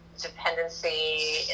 Dependency